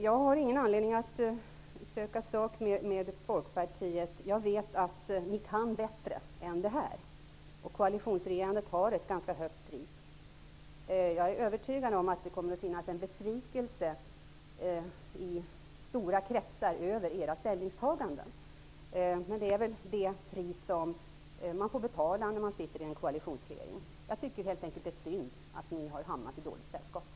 Jag har ingen anledning att söka sak med Folkpartiet. Jag vet att ni kan bättre än detta. Koalitionsregerandet har ett ganska högt pris. Jag är övertygad om att det kommer att finnas en besvikelse i stora kretsar över era ställningstaganden. Men det är väl det pris man får betala när man sitter i en koalitionsregering. Jag tycker helt enkelt att det är synd att ni har hamnat i dåligt sällskap.